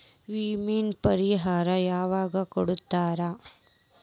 ವಿಮೆ ಪರಿಹಾರ ಯಾವಾಗ್ ಕೊಡ್ತಾರ?